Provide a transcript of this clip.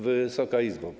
Wysoka Izbo!